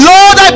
Lord